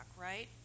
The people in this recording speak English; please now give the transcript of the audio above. right